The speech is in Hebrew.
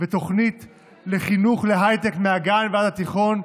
ותוכנית לחינוך להייטק מהגן ועד התיכון,